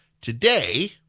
Today